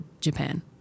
Japan